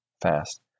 fast